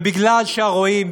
ובגלל שהרועים,